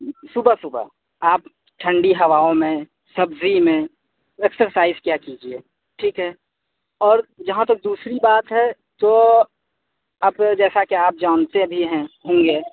صبح صبح آپ ٹھنڈی ہواؤں میں سبزی میں ایکسرسائز کیا کیجیے ٹھیک ہے اور جہاں تک دوسری بات ہے تو اب جیسا کہ آپ جانتے بھی ہیں ہوں گے